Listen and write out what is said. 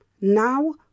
Now